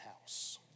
house